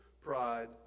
pride